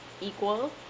equal